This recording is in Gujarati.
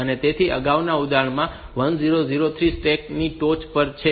તેથી અગાઉના ઉદાહરણમાં 1003 સ્ટેક ની ટોચ પર છે